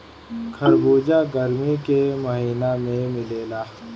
खरबूजा गरमी के महिना में मिलेला